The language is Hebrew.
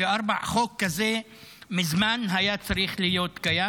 והחוק הזה מזמן היה צריך להיות קיים,